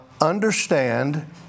understand